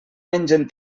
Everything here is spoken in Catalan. mengen